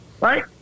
Right